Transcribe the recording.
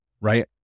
Right